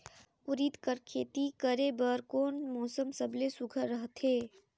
उरीद कर खेती करे बर कोन मौसम सबले सुघ्घर रहथे?